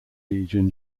legion